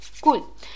cool